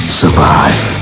survive